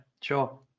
sure